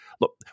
look